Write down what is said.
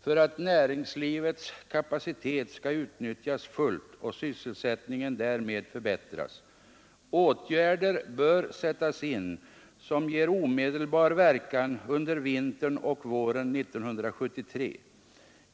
för att näringslivets kapacitet skall utnyttjas fullt och sysselsättningen därmed förbättras. Åtgärder bör sättas in som ger omedelbar verkan för vintern och våren 1973.